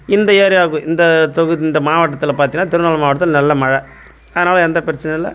இந்த ஏரியாவுக்கு இந்த தொகுதி இந்த மாவட்டத்தில் பார்த்தீங்கன்னா திருநெல்வேலி மாவட்டத்தில் நல்ல மழை அதனால் எந்த பிரச்சனையும் இல்லை